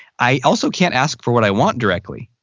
i also can't ask for what i want directly.